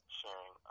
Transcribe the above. sharing